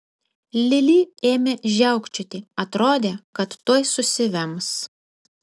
lili ėmė žiaukčioti atrodė kad tuoj susivems